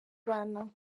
bana